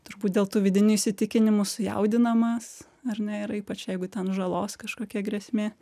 turbūt dėl tų vidinių įsitikinimų sujaudinamas ar ne yra ypač jeigu ten žalos kažkokia grėsmė